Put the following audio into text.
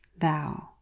thou